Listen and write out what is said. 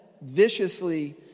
viciously